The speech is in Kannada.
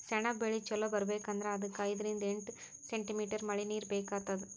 ಸೆಣಬ್ ಬೆಳಿ ಚಲೋ ಬರ್ಬೆಕ್ ಅಂದ್ರ ಅದಕ್ಕ್ ಐದರಿಂದ್ ಎಂಟ್ ಸೆಂಟಿಮೀಟರ್ ಮಳಿನೀರ್ ಬೇಕಾತದ್